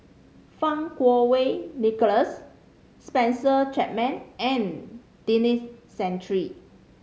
Fang Kuo Wei Nicholas Spencer Chapman and Denis Santry